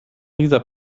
lisa